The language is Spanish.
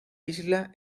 isla